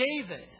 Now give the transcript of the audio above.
David